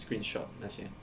uh screenshot 那些